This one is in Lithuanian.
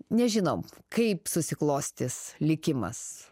nežinom kaip susiklostys likimas